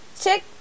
Check